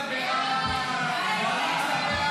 חוק הרשות השנייה